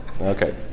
Okay